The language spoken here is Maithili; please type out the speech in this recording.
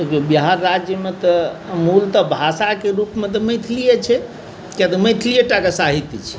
बिहार राज्यमे तऽ मूलतः भाषाके रूपमे तऽ मैथिलिए छै किएक तऽ मैथिलिएटाके साहित्य छै